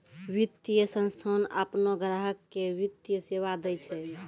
वित्तीय संस्थान आपनो ग्राहक के वित्तीय सेवा दैय छै